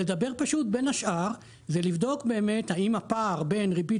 לדבר פשוט בין השאר זה לבדוק באמת האם הפער בין ריבית